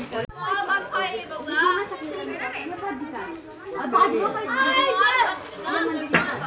future exchange व्यापार के माध्यम से लाभ भी कमा सकऽ हइ